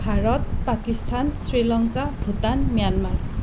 Bharat Pakistan Sri Lanka Bhutan Myanmar